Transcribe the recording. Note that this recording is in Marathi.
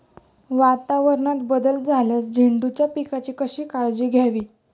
वातावरणात बदल झाल्यास झेंडूच्या पिकाची कशी काळजी घ्यावी?